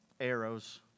arrows